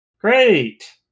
Great